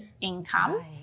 income